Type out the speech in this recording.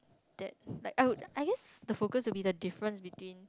that like I would I guess the focus would be the difference between